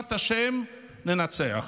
בישועת השם, ננצח.